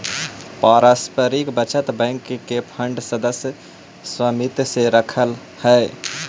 पारस्परिक बचत बैंक के फंड सदस्य समित्व से रखऽ हइ